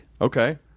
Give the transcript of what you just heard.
okay